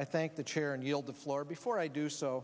i thank the chair and yield the floor before i do so